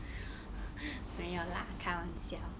没有啦开玩笑